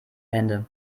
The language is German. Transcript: hände